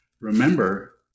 remember